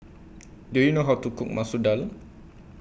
Do YOU know How to Cook Masoor Dal